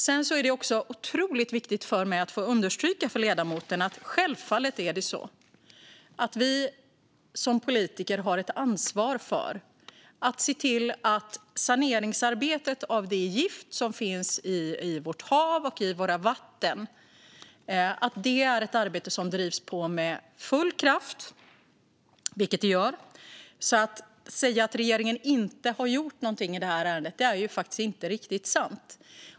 Sedan är det också otroligt viktigt för mig att få understryka för ledamoten att vi som politiker självfallet har ett ansvar för att saneringsarbetet för att få bort det gift som finns i vårt hav och i våra vatten drivs på med full kraft, vilket det gör. Att säga att regeringen inte har gjort någonting i det här ärendet är faktiskt inte riktigt sant.